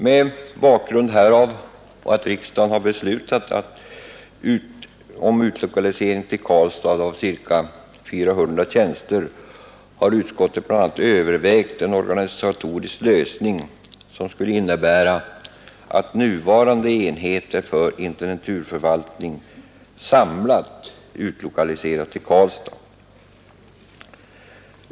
Mot bakgrund härav och riksdagens beslut om utlokalisering till Karlstad av ca 400 tjänster har utskottet bl.a. övervägt en organisatorisk lösning som skulle innebära att nuvarande enheter för intendenturförvaltning samlat utlokaliseras till Karlstad.